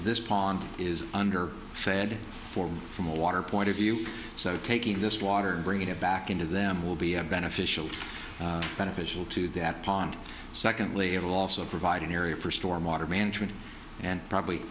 this pond is under fed form from a water point of view so taking this water bringing it back into them will be beneficial beneficial to that pond secondly it will also provide an area for storm water management and probably